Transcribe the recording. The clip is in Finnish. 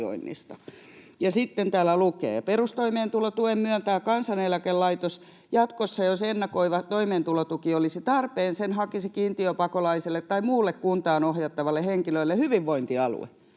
Sitten täällä lukee: ”Perustoimeentulotuen myöntää Kansaneläkelaitos. Jatkossa, jos ennakoiva toimeentulotuki olisi tarpeen, sen hakisi kiintiöpakolaiselle tai muulle kuntaan ohjattavalle henkilölle hyvinvointialue.”